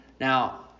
Now